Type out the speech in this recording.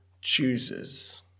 chooses